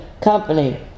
Company